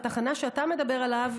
התחנה שאתה מדבר עליה,